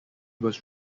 was